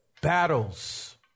Battles